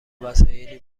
وسایلی